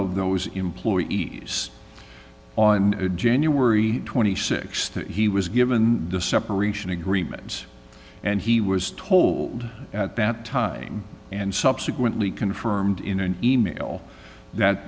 of those employees on january th that he was given the separation agreement and he was told at that time and subsequently confirmed in an email that